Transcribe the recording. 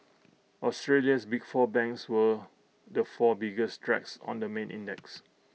Australia's big four banks were the four biggest drags on the main index